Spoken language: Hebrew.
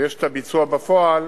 ויש את הביצוע בפועל